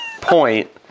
point